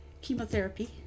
chemotherapy